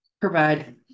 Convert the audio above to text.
provide